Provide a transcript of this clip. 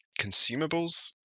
consumables